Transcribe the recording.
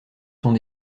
sont